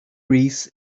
reese